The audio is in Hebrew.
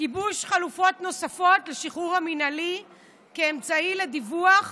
גיבוש חלופות נוספות לשחרור המינהלי כאמצעי לריווח